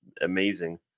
amazing